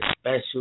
special